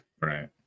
right